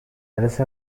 அரச